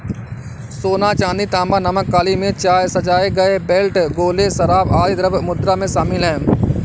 सोना, चांदी, तांबा, नमक, काली मिर्च, चाय, सजाए गए बेल्ट, गोले, शराब, आदि द्रव्य मुद्रा में शामिल हैं